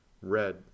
red